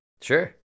Sure